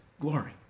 glory